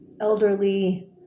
elderly